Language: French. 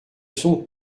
sont